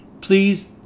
please